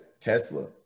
Tesla